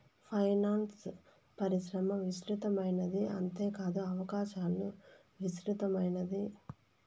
finance పరిశ్రమ విస్తృతమైనది అంతేకాదు అవకాశాలు విస్తృతమైనది